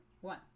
one